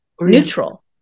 neutral